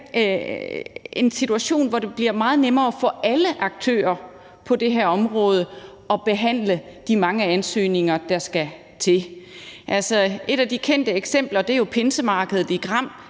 en situation, hvor det bliver meget nemmere for alle aktører på det her område at behandle de mange ansøgninger, der skal til. Et af de kendte eksempler er jo pinsemarkedet i Gram,